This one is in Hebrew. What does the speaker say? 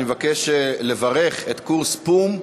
אני מבקש לברך את קורס פו"ם,